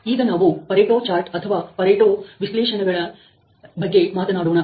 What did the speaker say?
ಈಗ ನಾವು Pareto chart ಅಥವಾ ಪರೆಟೋ ವಿಶ್ಲೇಷಣೆ ಬಗ್ಗೆ ಮಾತನಾಡೋಣ